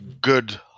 good